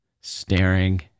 staring